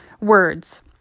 words